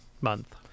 month